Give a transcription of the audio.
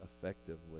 effectively